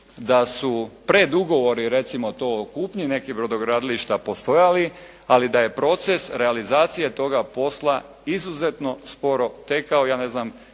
da su predugovori recimo to o kupnji nekih brodogradilišta postojali, ali da je proces realizacije toga posla izuzetno sporo tekao,